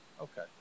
Okay